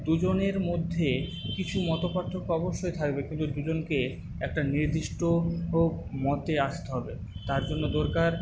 দুজনের মধ্যে কিছু মত পার্থক্য অবশ্যই থাকবে কিন্তু দুজনকে একটা নির্দিষ্ট মতে আসতে হবে তার জন্য দরকার